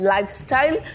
Lifestyle